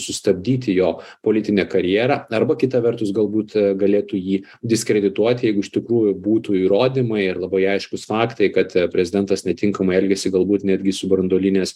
sustabdyti jo politinę karjerą arba kita vertus galbūt galėtų jį diskredituoti jeigu iš tikrųjų būtų įrodymai ir labai aiškūs faktai kad prezidentas netinkamą elgesį galbūt netgi su branduolinės